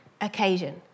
occasion